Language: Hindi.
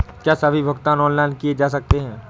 क्या सभी भुगतान ऑनलाइन किए जा सकते हैं?